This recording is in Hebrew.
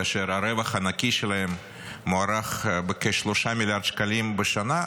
כאשר הרווח הנקי שלהן מוערך בכ-3 מיליארד שקלים בשנה,